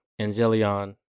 Angelion